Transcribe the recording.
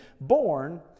born